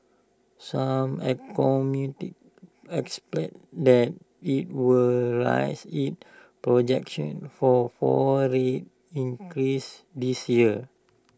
some economists expect that IT will rise its projection for four rate increases this year